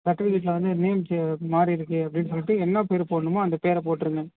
சர்டிவிகேட்டில் வந்து நேம் சே மாறி இருக்குது அப்படின் சொல்லிட்டு என்ன பேர் போடணுமோ அந்த பேரை போட்டிருங்க